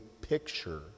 picture